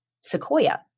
Sequoia